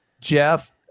Jeff